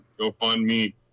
GoFundMe